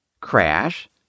crash